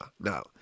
No